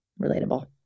Relatable